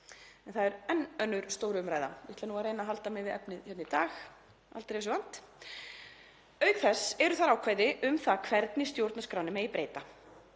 en það er enn önnur stór umræða, ég ætla að reyna að halda mig við efnið hérna í dag, aldrei þessu vant. Auk þess eru þar ákvæði um það hvernig stjórnarskránni megi breyta.